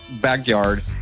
backyard